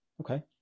Okay